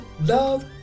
love